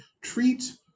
treat